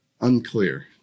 unclear